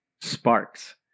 sparks